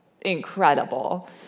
incredible